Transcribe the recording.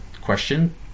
question